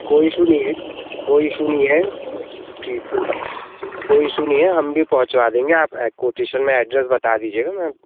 कोई इशू नहीं है कोई इशू नहीं है जी कोई इशू नहीं है हम भी पहुँचवा देंगे आप क्वोटेशन मैं एड्रेस बता दीजिएगा मैं